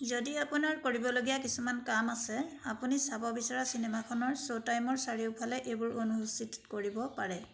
যদি আপোনাৰ কৰিবলগীয়া কিছুমান কাম আছে আপুনি চাব বিচৰা চিনেমাখনৰ শ্ব'টাইমৰ চাৰিওফালে এইবোৰ অনুসূচীত কৰিব পাৰে